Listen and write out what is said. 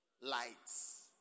lights